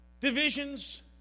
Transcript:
divisions